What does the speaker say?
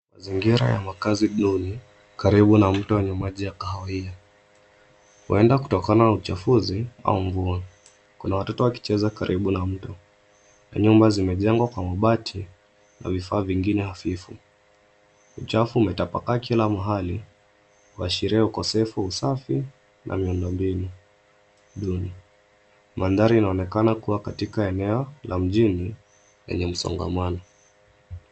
Mazingira ya makazi duni karibu na mto wenye maji ya kahawia, huenda kutokana na uchafuzi au mvua. Kuna watoto wakicheza karibu na mto. Nyumba zimejengwa kwa mabati na vifaa vingine hafifu. Uchafu umetapakaa kila mahali kuashiria ukosefu wa usafi na miundo mbinu duni. Mandhari inaonekana kuwa katika eneo la mjini lenye msongamano.